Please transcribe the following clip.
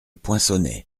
poinçonnet